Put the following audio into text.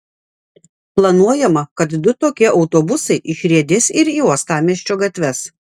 planuojama kad du tokie autobusai išriedės ir į uostamiesčio gatves